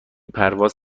پرواز